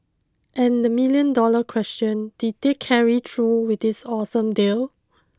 and the million dollar question did they carry through with this awesome deal